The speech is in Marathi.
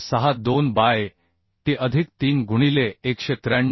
62 बाय t अधिक 3 गुणिले 193